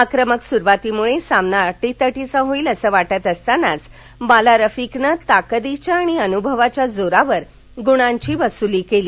आक्रमक सुरुवातीमुळे सामना अटीतटीचा होईल असं वाटत असतानाच बाला रफीकनं ताकदीच्या आणि अनुभवाच्या जोरावर गुणांची वसुली केली